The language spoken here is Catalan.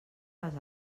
les